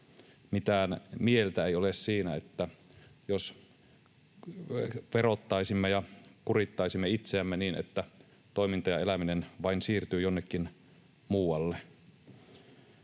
Mitään mieltä ei ole siinä, jos verottaisimme ja kurittaisimme itseämme niin, että toiminta ja eläminen vain siirtyvät jonnekin muualle.